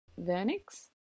vernix